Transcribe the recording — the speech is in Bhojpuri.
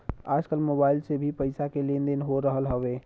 आजकल मोबाइल से भी पईसा के लेन देन हो रहल हवे